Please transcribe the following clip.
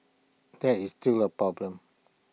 that is still A problem